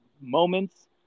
moments